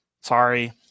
Sorry